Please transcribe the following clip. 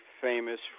famous